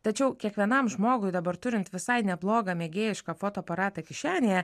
tačiau kiekvienam žmogui dabar turint visai neblogą mėgėjišką fotoaparatą kišenėje